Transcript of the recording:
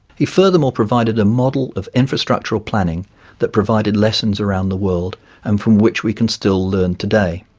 he furthermore provided a model of infrastructural planning that provided lessons around the world and from which we can still learn today.